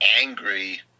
angry